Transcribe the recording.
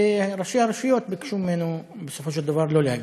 וראשי הרשויות ביקשו ממנו בסופו של דבר לא להגיע.